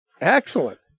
Excellent